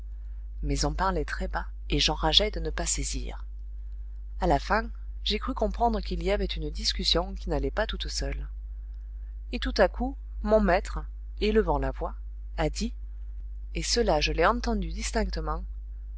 mais on parlait très bas et j'enrageais de ne pas saisir a la fin j'ai cru comprendre qu'il y avait une discussion qui n'allait pas toute seule et tout à coup mon maître élevant la voix a dit et cela je l'ai entendu distinctement